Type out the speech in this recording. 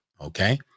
Okay